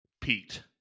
Pete